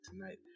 tonight